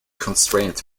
constraint